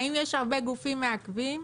האם יש הרבה גופים מעכבים?